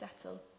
settle